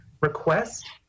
request